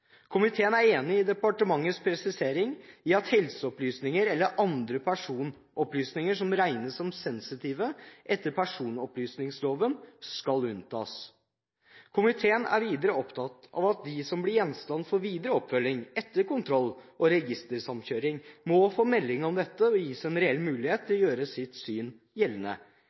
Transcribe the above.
Komiteen er enig i departementets presisering av at helseopplysninger eller andre personopplysninger som regnes som sensitive etter personopplysningsloven, skal unntas. Komiteen er videre opptatt av at de som blir gjenstand for videre oppfølging etter kontroll og registersamkjøring, må få melding om dette og gis en reell mulighet til å gjøre sitt syn gjeldende.